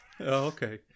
okay